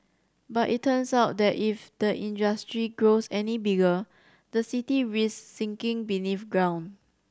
but it turns out that if the industry grows any bigger the city risk sinking beneath ground